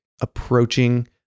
approaching